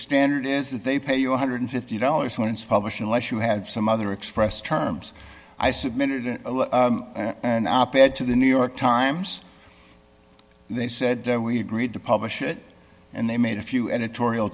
standard is that they pay you one hundred and fifty dollars when it's published unless you have some other express terms i submitted an op ed to the new york times they said we agreed to publish it and they made a few editorial